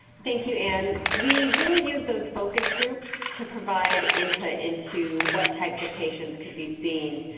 thank you, ann. we really used those focus groups to provide input into what types of patients could be seen.